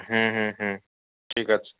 হুম হুম হুম ঠিক আছে